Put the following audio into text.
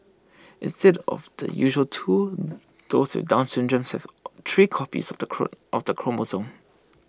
instead of the usual two those with down syndrome have three copies of the of the chromosome